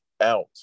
out